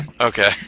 Okay